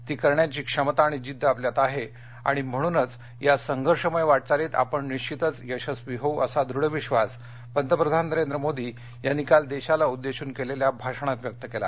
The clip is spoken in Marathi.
ती करण्याची क्षमता आणि जिद्द आपल्यात आहे आणि म्हणूनच या संघर्षमय वाटचालीत आपण निश्वितच यशस्वी होऊ असा दृढविश्वास पंतप्रधान नरेंद्र मोदी यांनी काल देशाला उद्देशून केलेल्या भाषणात व्यक्त केला